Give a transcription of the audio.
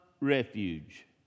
refuge